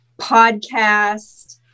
podcast